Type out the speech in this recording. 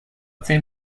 zehn